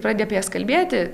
prade apie jas kalbėti